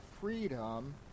freedom